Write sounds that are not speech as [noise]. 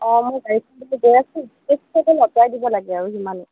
অ মোৰ গাড়ীখন [unintelligible]